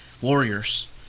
warriors